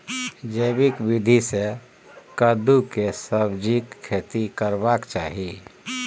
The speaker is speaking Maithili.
जैविक विधी से कद्दु के सब्जीक खेती करबाक चाही?